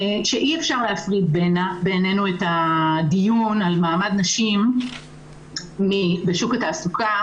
אי-אפשר להפריד את הדיון על מעמד נשים בשוק התעסוקה